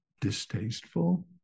distasteful